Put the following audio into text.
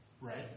Right